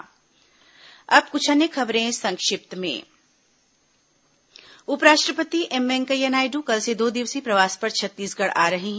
संक्षिप्त समाचार अब कुछ अन्य खबरें संक्षिप्त में उपराष्ट्रपति एम वेंकैया नायडू कल से दो दिवसीय प्रवास पर छत्तीसगढ़ आ रहे हैं